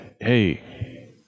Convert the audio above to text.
hey